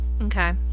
Okay